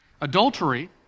adultery